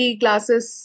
glasses